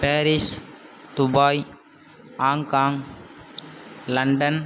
Paris Dubai Hong Kong London